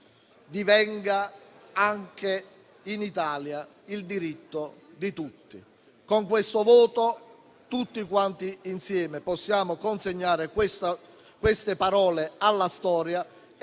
divenga anche in Italia il diritto di tutti». Con questo voto tutti insieme possiamo consegnare queste parole alla storia e